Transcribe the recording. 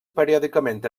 periòdicament